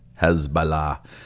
Hezbollah